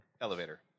Elevator